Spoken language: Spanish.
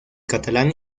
catalán